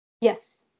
Yes